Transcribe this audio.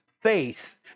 faith